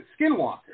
Skinwalker